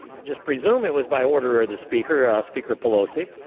just presume it was by order of the speaker, ah speaker pelosi,